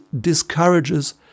discourages